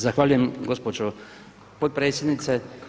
Zahvaljujem gospođo potpredsjednice.